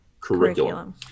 curriculum